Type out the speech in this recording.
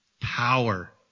power